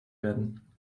werden